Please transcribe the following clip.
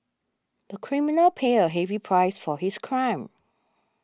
the criminal paid a heavy price for his crime